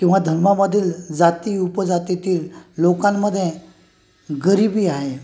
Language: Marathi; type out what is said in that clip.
किंवा धर्मामधील जाती उपजातीतील लोकांमध्ये गरिबी आहे